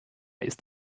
ist